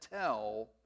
tell